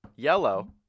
Yellow